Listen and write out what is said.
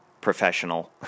professional